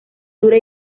dura